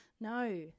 No